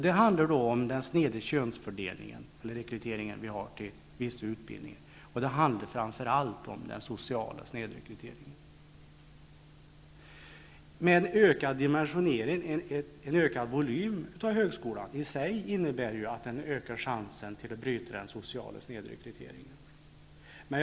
Det handlar då om den sneda könsfördelningen inom rekryteringen till vissa utbildningar, och det handlar framför allt om den sociala snedrekryteringen. En ökad dimensionering, en ökad volym av högskolan innebär ju i sig att chansen blir större att vi kan bryta den sociala snedrekryteringen.